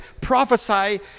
prophesy